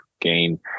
gain